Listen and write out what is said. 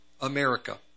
America